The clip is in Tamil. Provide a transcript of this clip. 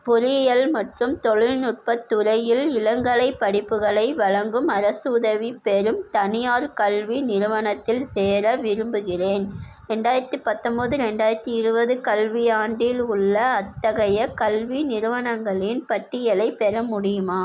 பொறியியல் மற்றும் தொழில்நுட்பத் துறையில் இளங்கலைப் படிப்புகளை வழங்கும் அரசு உதவி பெறும் தனியார் கல்வி நிறுவனத்தில் சேர விரும்புகிறேன் ரெண்டாயிரத்தி பத்தொம்பது ரெண்டாயிரத்தி இருபது கல்வியாண்டில் உள்ள அத்தகைய கல்வி நிறுவனங்களின் பட்டியலைப் பெற முடியுமா